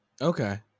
okay